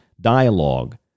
dialogue